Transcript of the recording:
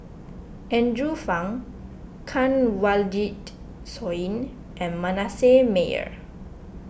Andrew Phang Kanwaljit Soin and Manasseh Meyer